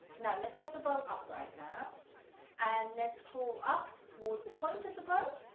now let's have the bow up right now and let's crawl up towards the point of the bow,